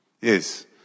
Yes